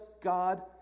God